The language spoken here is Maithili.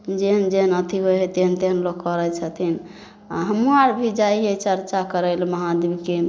जेहन जेहन अथी होइ हइ तेहन तेहन लोक करै छथिन आओर हमहूँ आर भी जाइ हिए चरचा करैलए महादेवके